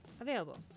available